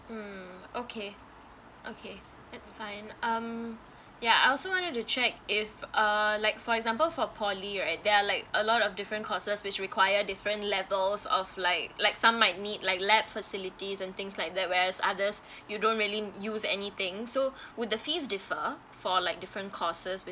mm okay okay that's fine um ya I also wanted to check if err like for example for poly right there are like a lot of different courses which require different levels of like like some might need like lab facilities and things like that whereas others you don't really use anything so would the fees differ for like different courses